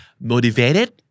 Motivated